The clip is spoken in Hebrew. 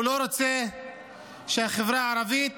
הוא לא רוצה שהחברה הערבית